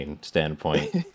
standpoint